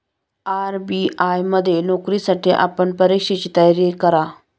RBI मध्ये नोकरीसाठी आपण परीक्षेची तयारी करा